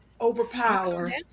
overpower